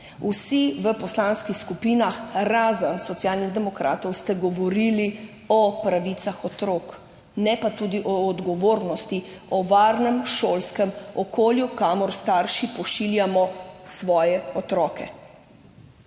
Vsi v poslanskih skupinah, razen Socialnih demokratov, ste govorili o pravicah otrok, ne pa tudi o odgovornosti, o varnem šolskem okolju, kamor starši pošiljamo svoje otroke.